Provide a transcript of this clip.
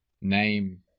name